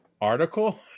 article